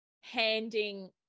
handing